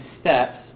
steps